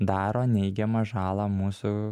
daro neigiamą žalą mūsų